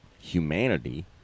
humanity